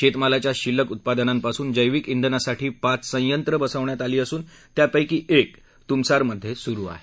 शेतमालाच्या शिल्लक उत्पादनांपासून जैविक धिनासाठी पाच संयंत्र बसवण्यात आली असून त्यापैकी एक तुमसारमधे सुरु आहे